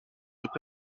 doute